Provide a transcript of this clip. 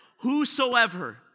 whosoever